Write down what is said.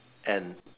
and